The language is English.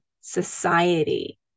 society